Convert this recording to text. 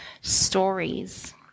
stories